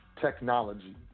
technology